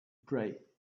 pray